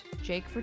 Jake